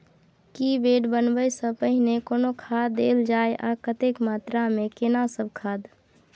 की bed बनबै सॅ पहिने कोनो खाद देल जाय आ कतेक मात्रा मे केना सब खाद?